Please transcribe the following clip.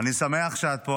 אני שמח שאת פה.